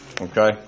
Okay